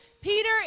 Peter